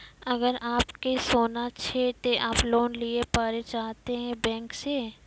अगर आप के सोना छै ते आप लोन लिए पारे चाहते हैं बैंक से?